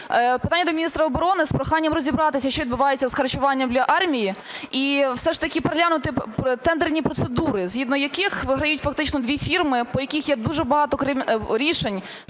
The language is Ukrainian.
питання до міністра оборони з проханням розібратися, що відбувається з харчуванням для армії? І все ж таки переглянути тендерні процедури, згідно яких виграють фактично дві фірми, по яких є дуже багато рішень